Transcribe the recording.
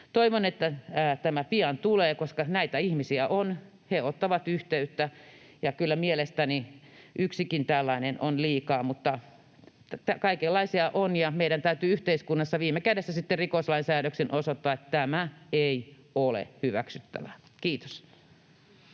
Toivon, että tämä pian tulee, koska näitä ihmisiä on, he ottavat yhteyttä, ja kyllä mielestäni yksikin tällainen on liikaa. Kaikenlaisia on, ja meidän täytyy yhteiskunnassa viime kädessä sitten rikoslain säädöksin osoittaa, että tämä ei ole hyväksyttävää. — Kiitos.